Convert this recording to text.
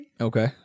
Okay